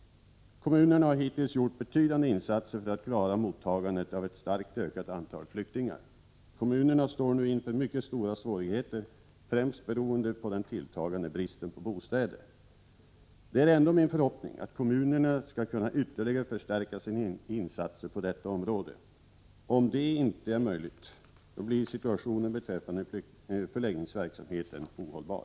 Kommunerna har hittills gjort betydande insatser för att klara mottagandet av ett starkt ökat antal flyktingar. Kommunerna står nu inför mycket stora svårigheter, främst beroende på den tilltagande bristen på bostäder. Det är ändå min förhoppning att kommunerna skall kunna ytterligare förstärka sina insatser på detta område. Om det inte är möjligt, blir situationen beträffande förläggningsverksamheten ohållbar.